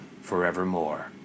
forevermore